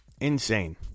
Insane